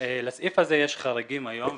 לסעיף הזה יש חריגים היום,